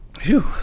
Phew